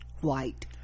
white